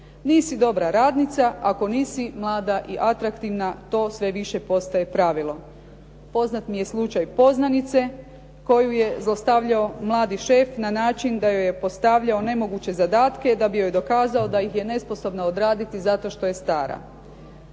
nisi dobra radnica ako nisi mlada i atraktivna, to sve više postaje pravilo. Poznat mi je slučaj poznanice koju je zlostavljao mladi šef na način da joj je postavljao nemoguće zadatke, da bi joj dokazao da ih je nesposobna odraditi zato što je stara.